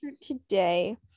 today